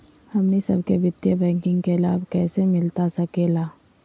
हमनी सबके वित्तीय बैंकिंग के लाभ कैसे मिलता सके ला?